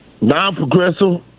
non-progressive